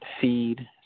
feed